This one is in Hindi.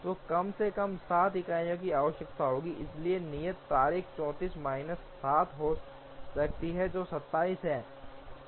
तो कम से कम 7 और इकाइयों की आवश्यकता होती है इसलिए नियत तारीख 34 माइनस 7 हो सकती है जो 27 है